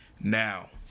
now